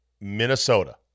Minnesota